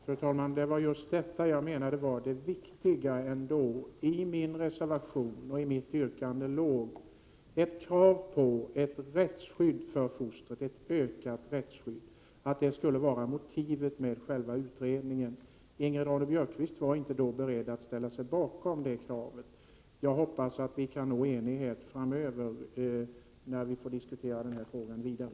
Fru talman! Det var just detta som jag ändå ansåg vara det viktiga. I min reservation och i mitt yrkande låg ett krav på ett ökat rättsskydd för fostret. Det skulle vara motivet för själva utredningen. Ingrid Ronne-Björkqvist var då inte beredd att ställa sig bakom det kravet. Jag hoppas att vi kan nå enighet framöver när vi får diskutera den här frågan vidare.